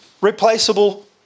Replaceable